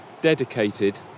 dedicated